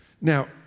Now